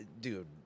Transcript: dude